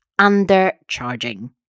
undercharging